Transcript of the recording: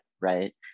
right